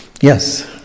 Yes